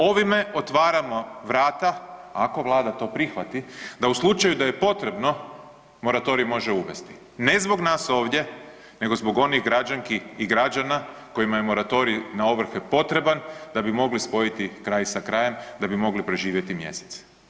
Ovime otvaramo vrata, ako Vlada to prihvati da u slučaju da je potrebno moratorij može uvesti, ne zbog nas ovdje nego zbog onih građanki i građana kojima je moratorij na ovrhe potreban da bi mogli spojiti kraj sa krajem, da bi mogli preživjeti mjesec.